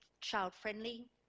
child-friendly